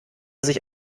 sich